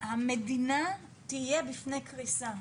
המדינה תהיה בפני קריסה.